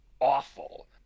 awful